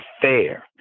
fair